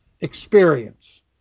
experience